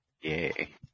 Yay